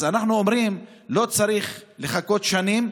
אז אנחנו אומרים: לא צריך לחכות שנים.